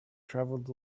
traveled